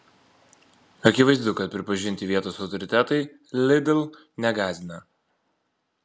akivaizdu kad pripažinti vietos autoritetai lidl negąsdina